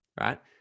Right